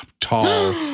tall